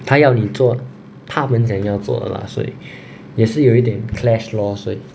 他要你做他们想要做的啦所以也是有一点 clash lor 所以